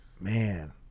man